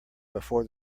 before